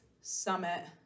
summit